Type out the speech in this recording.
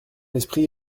esprit